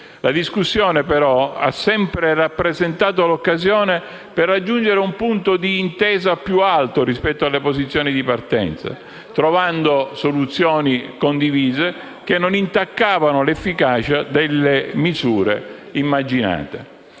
La discussione, però, ha sempre rappresentato l'occasione per raggiungere un punto d'intesa più alto rispetto alle posizioni di partenza, trovando soluzioni condivise, che non intaccavano l'efficacia delle misure immaginate.